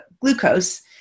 glucose